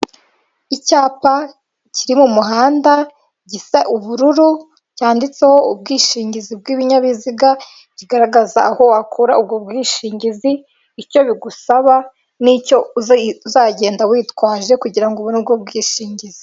Icyapa kiri mu muhanda, gisa ubururu, cyanditseho ubwishingizi bw'ibinyabiziga, kigaragaza aho wakura ubwo bwishingizi, icyo bigusaba, n'icyo uzagenda witwaje, kugira ngo ubone ubwo bwishingizi.